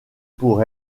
pour